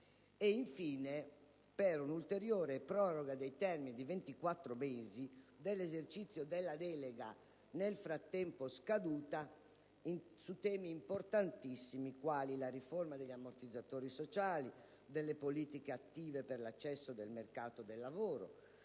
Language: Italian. oltre all'ulteriore proroga dei termini di 24 mesi dell'esercizio della delega nel frattempo scaduta su temi importantissimi, quali la riforma degli ammortizzatori sociali, le politiche attive per l'accesso al mercato del lavoro,